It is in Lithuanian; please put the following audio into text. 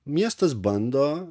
miestas bando